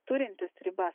turintis ribas